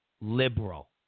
liberal